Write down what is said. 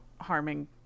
harming